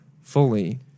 fully